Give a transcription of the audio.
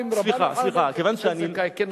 אם רבן יוחנן בן זכאי,